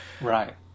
right